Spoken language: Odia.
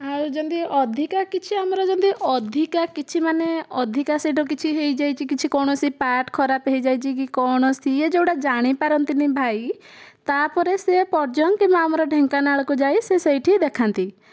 ଆଉ ଯେମିତି ଅଧିକା କିଛି ଆମର ଯେମିତି ଅଧିକା କିଛି ମାନେ ଅଧିକା ସେଟା କିଛି ହୋଇଯାଇଛି କିଛି କୌଣସି ପାର୍ଟ ଖରାପ ହୋଇଯାଇଛି କି କଣ ସିଏ ଯେଉଁଟା ଜାଣିପାରନ୍ତି ନାହିଁ ଭାଇ ତା'ପରେ ସେ ପର୍ଜଙ୍ଗ କିମ୍ବା ଆମର ଢେଙ୍କାନାଳକୁ ଯାଇ ସେ ସେଇଠି ଦେଖାନ୍ତି